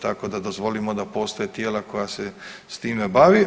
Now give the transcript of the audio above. Tako da dozvolimo da postoje tijela koja se s time bave.